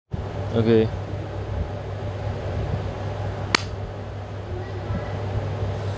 okay